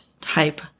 type